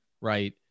right